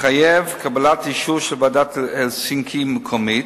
מחייב קבלת אישור של ועדת הלסינקי מקומית,